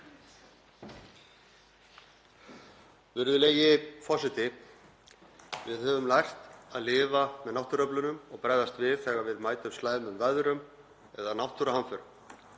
Við höfum lært að lifa með náttúruöflunum og bregðast við þegar við mætum slæmum veðrum eða náttúruhamförum,